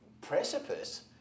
precipice